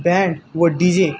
band व D जे